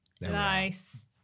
nice